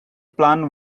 plan